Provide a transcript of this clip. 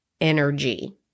energy